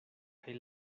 kaj